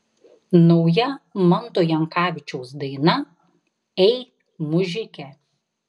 nauja manto jankavičiaus daina ei mužike